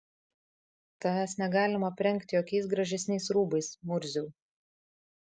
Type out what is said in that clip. tavęs negalima aprengti jokiais gražesniais rūbais murziau